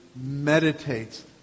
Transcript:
meditates